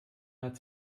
hat